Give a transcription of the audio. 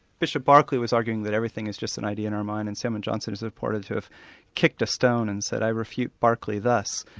bishop barclay was arguing that everything is just an idea in our mind and samuel johnson is reported have kicked a stone and said, i refute barclay thus.